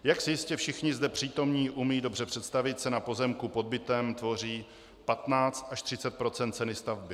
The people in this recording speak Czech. Jak si jistě všichni zde přítomní umí dobře představit, cena pozemku pod bytem tvoří 15 % až 30 % ceny stavby.